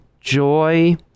joy